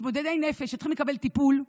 מתמודדי נפש שצריכים לקבל טיפול,